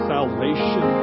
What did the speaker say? Salvation